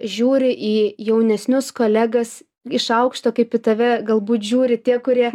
žiūri į jaunesnius kolegas iš aukšto kaip į tave galbūt žiūri tie kurie